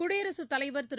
குடியரசுத் தலைவர் திரு